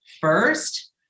first